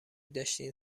داشتین